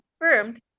confirmed